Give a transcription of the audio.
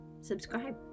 subscribe